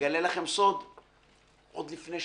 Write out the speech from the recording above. אגלה לכם סוד, עוד לפני שדיברתם.